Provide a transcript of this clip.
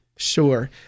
sure